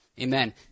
Amen